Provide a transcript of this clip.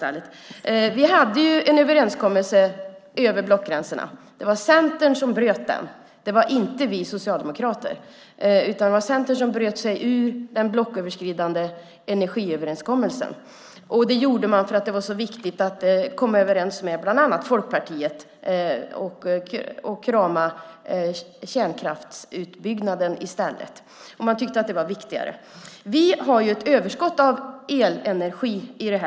Vi hade en överenskommelse över blockgränserna. Det var Centern som bröt den, inte vi socialdemokrater. Centern bröt sig ur den blocköverskridande energiöverenskommelsen. Det gjorde de, eftersom det var viktigt att komma överens med bland annat Folkpartiet och krama kärnkraftsutbyggnaden. De tyckte att det var viktigare. Vi har ett överskott av elenergi i landet.